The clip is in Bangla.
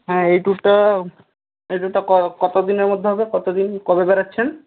হ্যাঁ এই ট্যুরটা ক কতো দিনের মধ্যে হবে কতো দিন কবে বেরোচ্ছেন